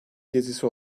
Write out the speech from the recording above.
gezisi